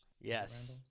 yes